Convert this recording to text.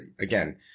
again